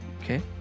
okay